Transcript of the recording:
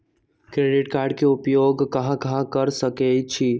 Credit card के उपयोग कहां कहां कर सकईछी?